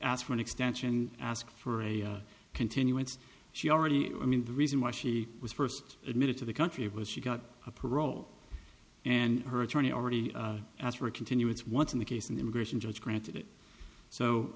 ask for an extension ask for a continuance she already i mean the reason why she was first admitted to the country was she got a parole and her attorney already asked for a continuance once in the case an immigration judge granted so